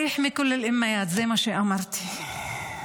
(אומרת דברים בשפה הערבית.) זה מה שאמרתי.